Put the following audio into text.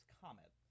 Comet